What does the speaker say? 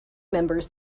members